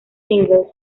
singles